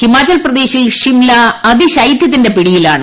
ഹിമാചൽപ്രദേശിൽ സ്സിറ്റ്ല അതിശൈത്യത്തിന്റെ പിടിയിലാണ്